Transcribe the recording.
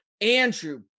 Andrew